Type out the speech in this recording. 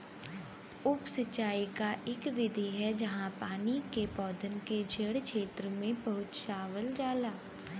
उप सिंचाई क इक विधि है जहाँ पानी के पौधन के जड़ क्षेत्र में पहुंचावल जाला